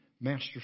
master